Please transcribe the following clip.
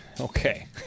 Okay